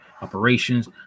operations